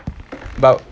about